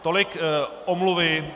Tolik omluvy.